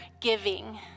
giving